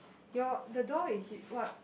your the door is he what